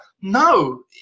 no